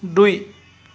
দুই